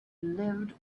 lived